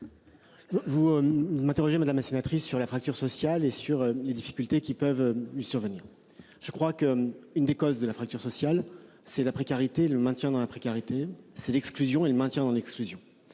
Vous. M'interrogez Madame la sénatrice sur la fracture sociale et sur les difficultés qui peuvent survenir. Je crois qu'une des causes de la fracture sociale, c'est la précarité, le maintient dans la précarité, c'est l'exclusion et le maintien dans l'exclusion.